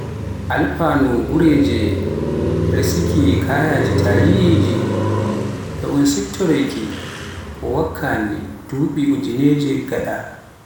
alfanu gureeje resaki kayaji tariihiji, e un siftoroyki ko wakkani duɓi ujinege gada.